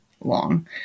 long